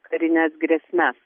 karines grėsmes